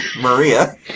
Maria